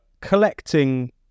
collecting